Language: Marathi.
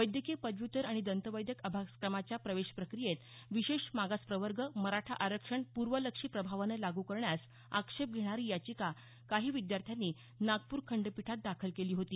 वैद्यकीय पदव्युत्तर आणि दंतवैद्यक अभ्यासक्रमाच्या प्रवेश प्रक्रियेत विशेष मागास प्रवर्ग मराठा आरक्षण पूर्वलक्षी प्रभावानं लागू करण्यास आक्षेप घेणारी याचिका काही विद्यार्थ्यांनी नागपूर खंडपीठात दाखल केली होती